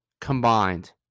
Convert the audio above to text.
combined